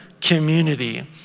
community